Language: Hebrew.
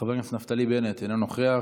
חבר הכנסת נפתלי בנט, אינו נוכח,